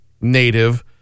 native